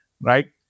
Right